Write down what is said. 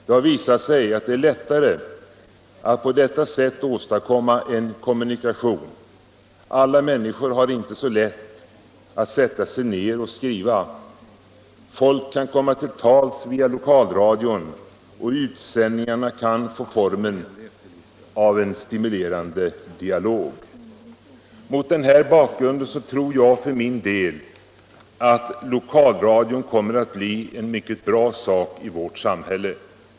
Det har visat sig att det är lättare att på detta sätt åstadkomma en kommunikation. Alla människor har inte så lätt att sätta sig ner och skriva. Folk kan komma till tals via lokalradion, och utsändningarna kan få formen av en stimulerande dialog. Mot den här bakgrunden tror jag för min del att lokalradion kommer att bli en mycket bra sak i vårt samhälle.